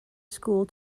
school